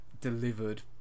delivered